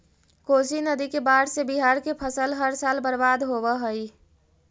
कोशी नदी के बाढ़ से बिहार के फसल हर साल बर्बाद होवऽ हइ